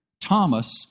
Thomas